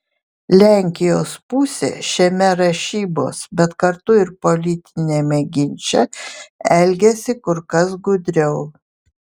lenkijos pusė šiame rašybos bet kartu ir politiniame ginče elgiasi kur kas gudriau